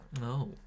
No